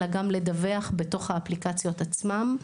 אלא גם לדווח בתוך האפליקציות עצמן.